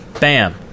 Bam